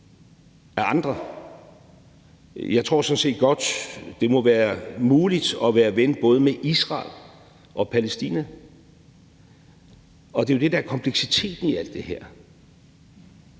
af andre. Jeg tror sådan set godt, det må være muligt at være ven med både Israel og Palæstina, og det er jo det, der er kompleksiteten i alt det her.